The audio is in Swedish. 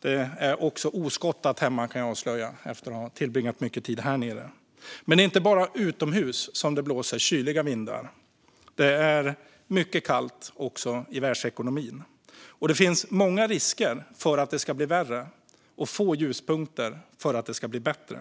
Det är också oskottat hemma, kan jag avslöja efter att ha tillbringat mycket tid här nere. Men det är inte bara utomhus det blåser kyliga vindar; det är mycket kallt också i världsekonomin. Det finns många risker och saker som kan bli värre och få ljuspunkter och saker som kan bli bättre.